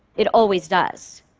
it always does.